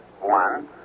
One